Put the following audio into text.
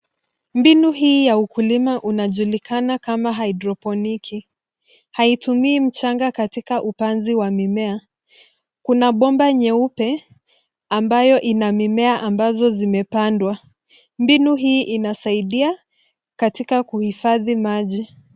Mbinu hii ya ukulima unajulikana kama hidroponiki , haitumii mchanga katika upanzi wa mimea. Kuna bomba nyeupe ambayo ina mimea ambazo zimepandwa. Mbinu hii inasaidia katika kuhifadhi maji.